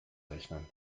rechnen